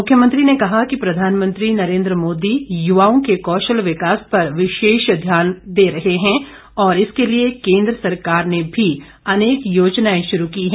मुख्यमंत्री ने कहा कि प्रधानमंत्री नरेंद्र मोदी युवाओं के कौशल विकास पर विशेष ध्यान दिए जा रहे हैं और इसके लिए केंद्र सरकार ने भी अनेक र्योजनाएं शुरू की हैं